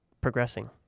progressing